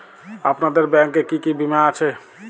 আপনাদের ব্যাংক এ কি কি বীমা আছে?